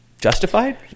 Justified